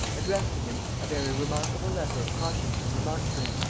addressed to him a very remarkable letter of caution and remonstrance,